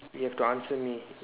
you have to answer me